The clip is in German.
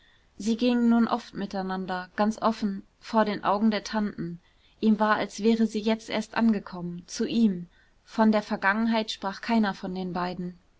sie gingen nun oft miteinander ganz offen vor den augen der tanten ihm war als wäre sie jetzt erst angekommen zu ihm von der vergangenheit sprach keiner von den beiden